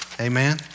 Amen